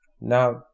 Now